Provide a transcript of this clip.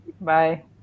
bye